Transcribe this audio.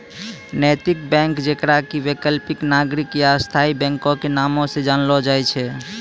नैतिक बैंक जेकरा कि वैकल्पिक, नागरिक या स्थायी बैंको के नामो से जानलो जाय छै